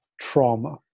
trauma